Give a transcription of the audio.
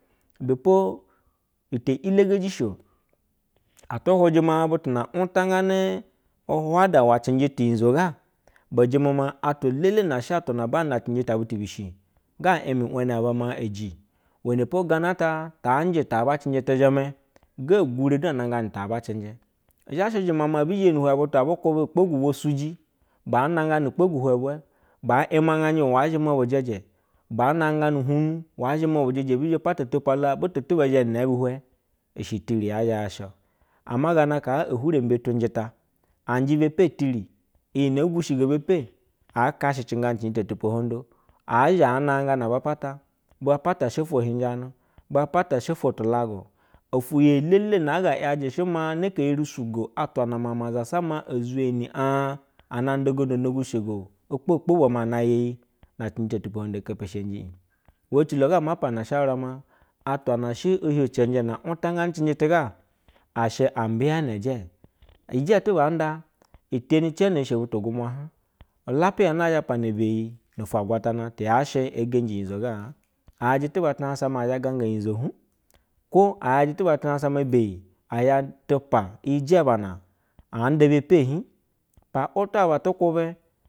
Ibɛ po ite ilegeji shio otu hwuje maa butu na untagyanɛ uhwada iwɛ cenjɛ tiunyizo ga, bu jemɛ maa atwa elete na shɛ atwa na banɛ na cenjɛ ta butu bi shi ga imɛ iwenɛ aba eji. Iwenɛ po gana ata taa njɛ ta ba cenjɛ tɛ thɛmɛ, ge gwure da anagyanɛ auta ba cɛnjɛ i zho shɛ zhema maa ebizhe ni ihwɛ butu abu ukpogu ubwa suji baa mayganɛ ukpagu uhwe bwɛ, baa najganɛ uhumganu waa themɛ bejɛjɛ ebi zhe pa to mpiala butu tuba the ni inee buihwe i shɛ tiri yee thɛ ya sho o. Ana gana kaa ehwarembe tunjɛ ta anjɛ be pe tiri, iyi nɛ ogwushigo be pe, aa kashecɛ nga na cenjɛ ni cenjɛ to tupohogdo, a a zha na anaygana ba pata, ba pata ofwo higjinu, ba pata shɛ ofwo tulagwu, ofwo iyi elele na na ga yajɛ shel maa neke e eri sugo atwa na mama zasa maa ee zweni ag ana nda ugondo ono gwu shigwo okpokbwo maa ana ya iyi, na cenje to tupohondo ee kepeshenji ij iwe ecilo ga ama pana ushawura maa. Atwa she. Uhiu cenje na untojgo ane cenjɛ tɛ ga, a shɛ a mbiyana ijɛ. Ije tuba aa nda itini eeg ne eshe butu gwunwa hj? Ulapeye na ee the panabeyii no ofwo agwatana te yaa shɛ ee genji unyizo gaa? A yajɛ tuba tu hagsa maa e thɛ gang unyizo hj? Kwo a yajɛ tu ba tuhansa maa beyi e thɛ tupa ijɛ bana aa nda be pe hj? Pa wutu aba atɛ kwubɛ